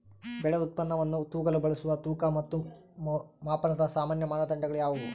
ಬೆಳೆ ಉತ್ಪನ್ನವನ್ನು ತೂಗಲು ಬಳಸುವ ತೂಕ ಮತ್ತು ಮಾಪನದ ಸಾಮಾನ್ಯ ಮಾನದಂಡಗಳು ಯಾವುವು?